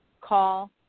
call